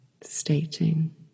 stating